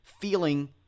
feeling